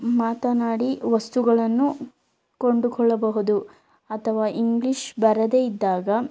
ಮಾತನಾಡಿ ವಸ್ತುಗಳನ್ನು ಕೊಂಡುಕೊಳ್ಳಬಹುದು ಅಥವಾ ಇಂಗ್ಲಿಷ್ ಬರದೇ ಇದ್ದಾಗ